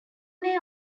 may